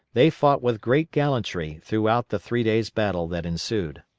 they fought with great gallantry throughout the three days' battle that ensued.